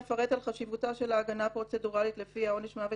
אפרט על חשיבותה של ההגנה הפרוצדורלית לפיה עונש מוות